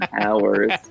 hours